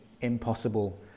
impossible